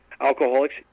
alcoholics